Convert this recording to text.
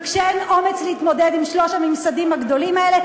וכשאין אומץ להתמודד עם שלושת הממסדים האלה,